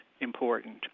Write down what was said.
important